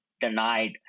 denied